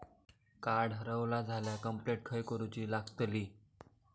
Card हरवला झाल्या complaint खय करूची लागतली?